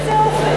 באיזה אופן?